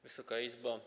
Wysoka Izbo!